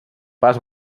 pas